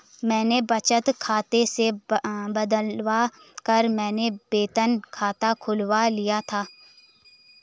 मैंने बचत खाते से बदलवा कर मेरा वेतन खाता खुलवा लिया था